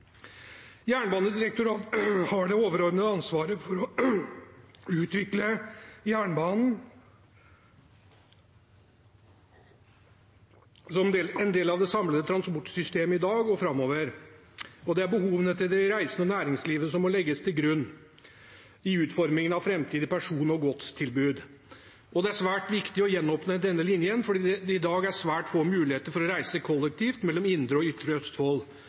Jernbanedirektoratet har det overordnede ansvaret for å utvikle jernbanen som en del av det samlede transportsystemet i dag og framover. Det er behovene til de reisende og næringslivet som må legges til grunn i utformingen av framtidig person- og godstilbud. Det er svært viktig å gjenåpne denne linjen, fordi det i dag er svært få muligheter til å reise kollektivt mellom indre og ytre Østfold,